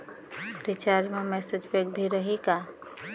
Recharge मा message pack भी रही का?